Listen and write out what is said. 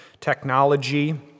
technology